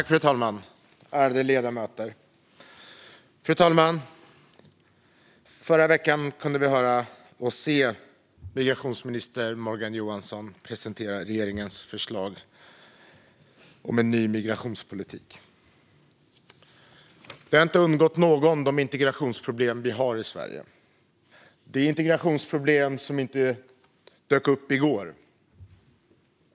Fru talman! Ärade ledamöter! Förra veckan kunde vi höra och se migrationsminister Morgan Johansson presentera regeringens förslag om en ny migrationspolitik. De migrationsproblem vi har i Sverige har inte undgått någon. Dessa migrationsproblem dök inte upp i går.